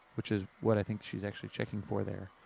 which is what i think she's actually checking for there.